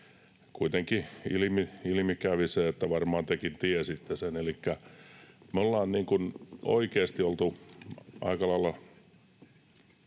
Kuitenkin ilmi kävi se, että varmaan tekin tiesitte sen — elikkä me ollaan oikeasti oltu aika lailla